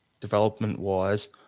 development-wise